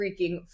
freaking